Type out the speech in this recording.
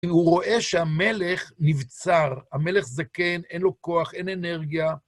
הוא רואה שהמלך נבצר, המלך זקן, אין לו כוח, אין אנרגיה.